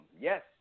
yes